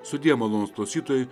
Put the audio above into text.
sudie malonūs klausytojai